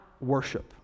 worship